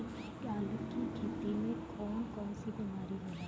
आलू की खेती में कौन कौन सी बीमारी होला?